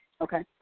okay